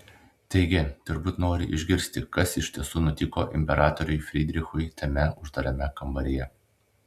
taigi turbūt nori išgirsti kas iš tiesų nutiko imperatoriui frydrichui tame uždarame kambaryje